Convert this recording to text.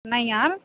नहीं यार